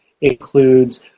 includes